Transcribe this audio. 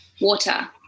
water